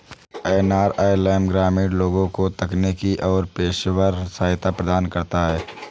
NRLM ग्रामीण लोगों को तकनीकी और पेशेवर सहायता प्रदान करता है